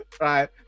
Right